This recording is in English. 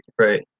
Right